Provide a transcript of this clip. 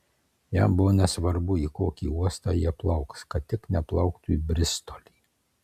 jam buvo nesvarbu į kokį uostą jie plauks kad tik neplauktų į bristolį